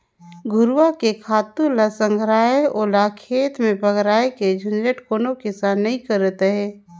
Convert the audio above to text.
घुरूवा के खातू ल संघराय ओला खेत में बगराय के झंझट कोनो किसान नइ करत अंहे